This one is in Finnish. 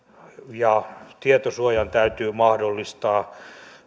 ja tietosuojan täytyy mahdollistaa